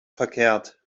verkehrt